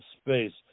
space